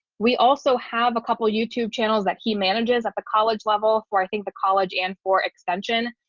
we also have a couple of youtube channels that he manages at the college level for, i think the college and for extension,